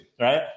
right